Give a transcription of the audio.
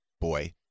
boy